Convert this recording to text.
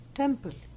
temple